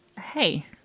hey